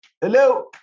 hello